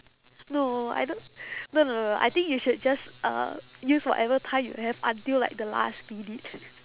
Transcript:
no I don't no no no no I think you should just uh use whatever time you have until like the last minute